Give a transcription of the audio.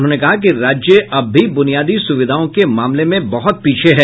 उन्होंने कहा कि राज्य अब भी ब्रुनियादी सुविधाओं के मामले में बहुत पीछे है